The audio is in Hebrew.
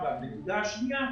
הנקודה השנייה,